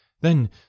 Then